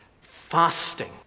fasting